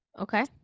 Okay